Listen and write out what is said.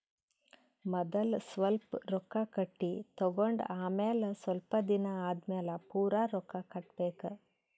ಮದಲ್ ಸ್ವಲ್ಪ್ ರೊಕ್ಕಾ ಕಟ್ಟಿ ತಗೊಂಡ್ ಆಮ್ಯಾಲ ಸ್ವಲ್ಪ್ ದಿನಾ ಆದಮ್ಯಾಲ್ ಪೂರಾ ರೊಕ್ಕಾ ಕಟ್ಟಬೇಕ್